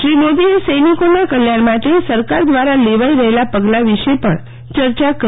શ્રી મોદીએ સૈનિકોના કલ્યાણ માટે સરકાર દ્રારા લેવાઈ રહેલા પગલા વિશે પણ ચર્ચા કરી